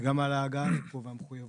וגם על ההגעה לפה והמחויבות.